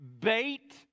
bait